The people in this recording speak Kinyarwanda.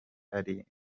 ari